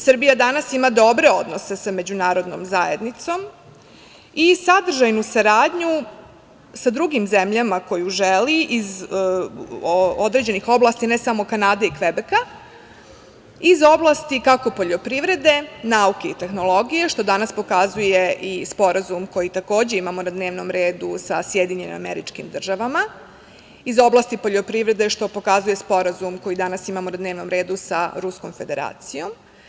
Srbija danas ima dobre odnose sa međunarodnom zajednicom i sadržajnu saradnju sa drugim zemljama koju želi iz određenih oblasti, ne samo Kanade i Kvebeka, iz oblasti kako poljoprivrede, nauke i tehnologije, što danas pokazuje i sporazum koji takođe imamo na dnevnom redu sa SAD, iz oblasti poljoprivrede, što pokazuje sporazum koji danas imamo na dnevnom redu sa Ruskom Federacijom.